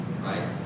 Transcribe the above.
right